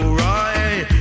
right